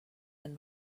and